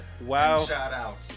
Wow